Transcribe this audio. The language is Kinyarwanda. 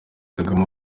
kagame